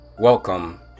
Welcome